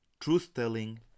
truth-telling